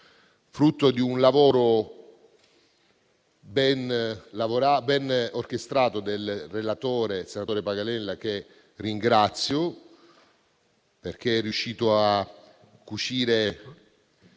frutto di un lavoro ben orchestrato del relatore, senatore Paganella, che ringrazio perché è riuscito a cucire